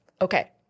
Okay